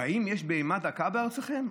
והאם יש בהמה דקה בארצכם?